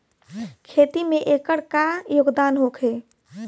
खेती में एकर का योगदान होखे?